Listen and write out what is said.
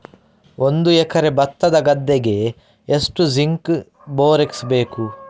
ಒಂದು ಎಕರೆ ಭತ್ತದ ಗದ್ದೆಗೆ ಎಷ್ಟು ಜಿಂಕ್ ಬೋರೆಕ್ಸ್ ಬೇಕು?